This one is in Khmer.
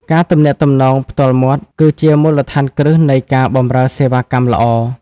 ការទំនាក់ទំនងផ្ទាល់មាត់គឺជាមូលដ្ឋានគ្រឹះនៃការបម្រើសេវាកម្មល្អ។